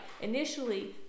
initially